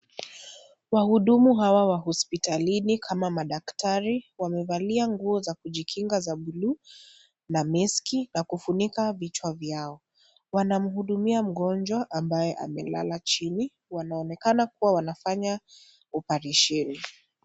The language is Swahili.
Wahudumu hawa wa hosipitalini, kama madaktari. Wamevalia nguo za kujikinga za blue na meski na kufunika vichwa vyao. Wanamhudumia mgonjwa ambaye amelala chini. Wanaonekana kuwa wanafanya operesheni.